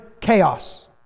chaos